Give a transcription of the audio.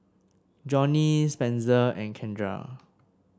Johny Spenser and Kendra